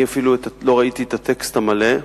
אני אפילו לא ראיתי את הטקסט המלא.